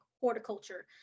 horticulture